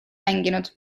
mänginud